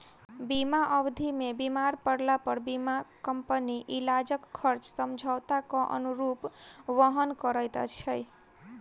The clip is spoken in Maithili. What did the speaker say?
बीमा अवधि मे बीमार पड़लापर बीमा कम्पनी इलाजक खर्च समझौताक अनुरूप वहन करैत छै